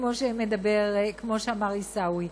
כמו שאמר עיסאווי.